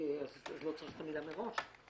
אז לא צריך את המילה "מראש".